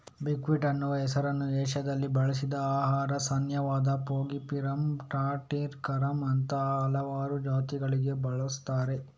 buckwheat ಅನ್ನುವ ಹೆಸರನ್ನ ಏಷ್ಯಾದಲ್ಲಿ ಬೆಳೆಸಿದ ಆಹಾರ ಸಸ್ಯವಾದ ಫಾಗೋಪಿರಮ್ ಟಾಟಾರಿಕಮ್ ಅಂತಹ ಹಲವಾರು ಜಾತಿಗಳಿಗೆ ಬಳಸ್ತಾರೆ